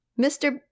mr